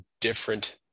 different